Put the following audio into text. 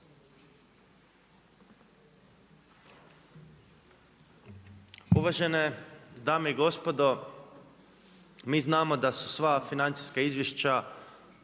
Uvažene dame i gospodo, mi znamo da su sva financijska izvješća